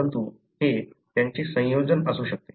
परंतु हे त्यांचे संयोजन असू शकते